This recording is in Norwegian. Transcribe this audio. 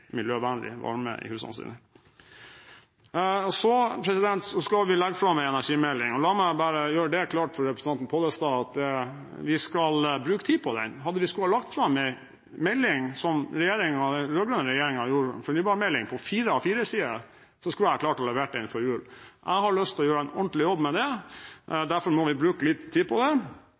miljøvennlig varme i husene sine. Så skal vi legge fram en energimelding. La meg bare gjøre det klart for representanten Pollestad at vi skal bruke tid på den. Hadde vi skullet legge fram en melding som den rød-grønne regjeringen gjorde, en fornybarmelding på fire A4-sider, skulle jeg klart å levere den før jul. Jeg har lyst til å gjøre en ordentlig jobb med den. Derfor må vi bruke litt tid på det,